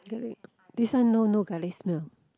garlic this one no no garlic smell